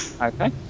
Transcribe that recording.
Okay